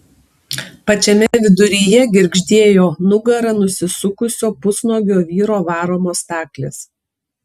pačiame viduryje girgždėjo nugara nusisukusio pusnuogio vyro varomos staklės